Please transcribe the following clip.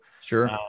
Sure